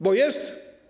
Bo jest?